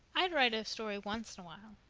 i'd write a story once in a while,